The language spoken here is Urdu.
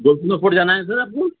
گولکنڈہ فوٹ جانا ہے سر آپ کو